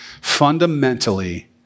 Fundamentally